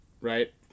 Right